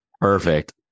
Perfect